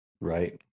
Right